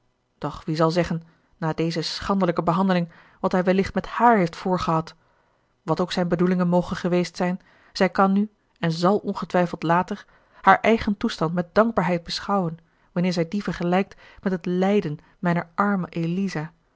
doch wie zal zeggen na deze schandelijke behandeling wat hij wellicht met haar heeft voorgehad wat ook zijn bedoelingen mogen geweest zijn zij kan nu en zàl ongetwijfeld later haar eigen toestand met dankbaarheid beschouwen wanneer zij dien vergelijkt met het lijden mijner arme eliza